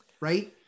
right